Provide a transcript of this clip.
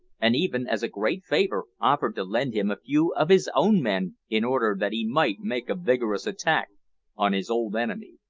and even, as a great favour, offered to lend him a few of his own men in order that he might make a vigorous attack on his old enemy.